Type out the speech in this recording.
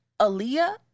Aaliyah